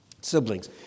Siblings